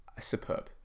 superb